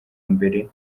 mbere